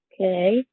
okay